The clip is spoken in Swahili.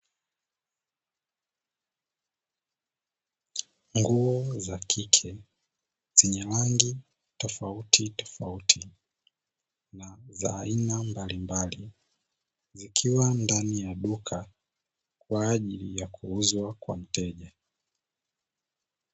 Nguo za kike zenye rangi tofautitofauti na za aina mbalimbali, zikiwa ndani ya duka kwa ajili ya kuuzwa kwa mteja.